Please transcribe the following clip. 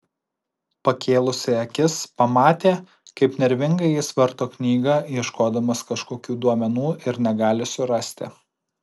pakėlusi akis pamatė kaip nervingai jis varto knygą ieškodamas kažkokių duomenų ir negali surasti